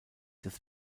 des